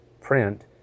print